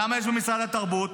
למה יש במשרד התרבות?